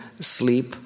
sleep